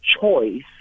choice